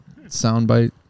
soundbite